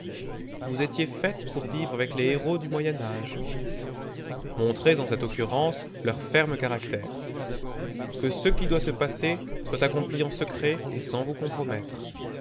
vous étiez faite pour vivre avec les héros du moyen âge montrez en cette occurrence leur ferme caractère que ce qui doit se passer soit accompli en secret et sans vous compromettre